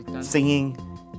singing